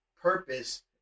purpose